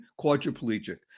quadriplegic